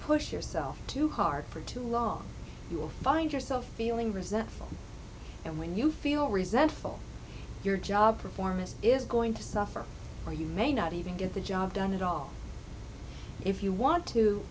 push yourself too hard for too long you'll find yourself feeling resentful and when you feel resentful your job performance is going to suffer or you may not even get the job done at all if you want to